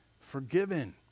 forgiven